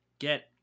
Get